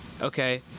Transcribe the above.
Okay